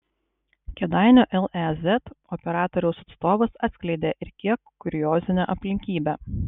kėdainių lez operatoriaus atstovas atskleidė ir kiek kuriozinę aplinkybę